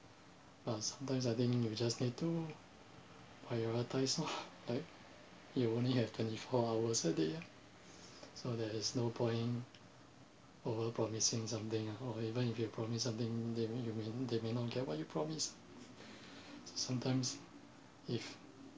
but sometimes I think you just need to prioritise lor like you only have twenty four hours a day so there is no point over promising something ah or even if you promise something they mean you mean they may not get what you promised sometimes if